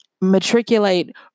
matriculate